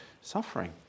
suffering